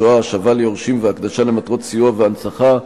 השואה (השבה ליורשים והקדשה למטרות סיוע והנצחה),